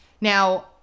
Now